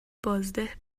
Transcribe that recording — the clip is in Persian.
بازده